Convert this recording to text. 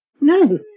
no